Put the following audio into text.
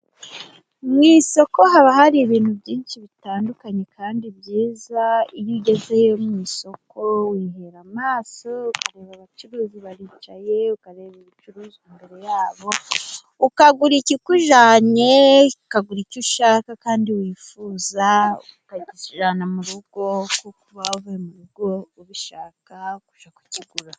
Mu isoko haba hari ibintu byinshi bitandukanye kandi byiza, iyo ugezeyo mu isoko wihera amaso, ukabona abacuruzi baricaye, ukareba ibicuruzwa imbere yabo, ukagura ikikujyanye, ukagura icyo ushaka kandi wifuza ukakijyana mu rugo, kuko uba wavuye mu rugo ubishaka kujya kukigura.